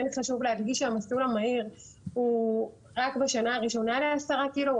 כן חשוב להדגיש שהמסלול המהיר הוא רק בשנה הראשונה לעשרה קילו.